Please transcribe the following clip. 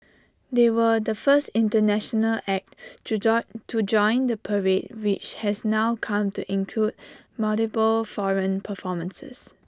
they were the first International act to joy to join the parade which has now come to include multiple foreign performances